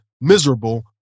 miserable